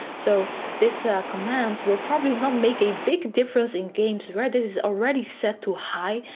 so this command will probably not make a big difference in games where this is already set to high.